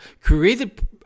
created